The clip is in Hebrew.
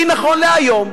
כי נכון להיום,